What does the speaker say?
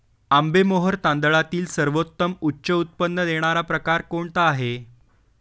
आंबेमोहोर तांदळातील सर्वोत्तम उच्च उत्पन्न देणारा प्रकार कोणता आहे?